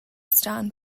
stand